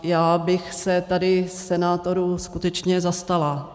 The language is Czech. Já bych se tady senátorů skutečně zastala.